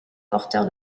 porteur